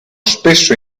spesso